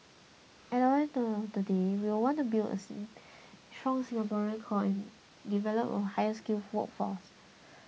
at the end of the day we want to build a strong Singaporean core and develop a higher skilled workforce